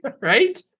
Right